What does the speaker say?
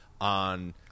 on